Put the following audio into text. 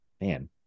man